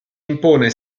impone